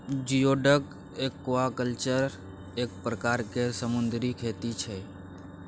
geoduck aquaculture एक परकार केर समुन्दरी खेती छै